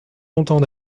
longtemps